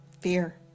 fear